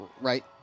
Right